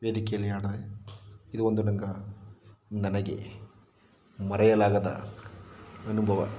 ವೇದಿಕೆಯಲ್ಲಿ ಹಾಡಿದೆ ಇದು ಒಂದು ನಂಗೆ ನನಗೆ ಮರೆಯಲಾಗದ ಅನುಭವ